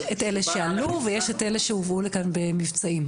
יש את אלה שעלו ויש את אלה שהובאו לכאן במבצעים.